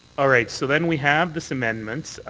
all right. so then we have this amendment.